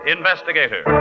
Investigator